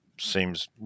seems